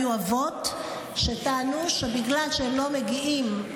היו אבות שטענו שבגלל שהם לא מגיעים,